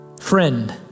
Friend